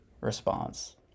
response